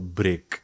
break